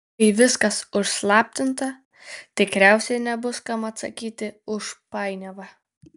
kai viskas užslaptinta tikriausiai nebus kam atsakyti už painiavą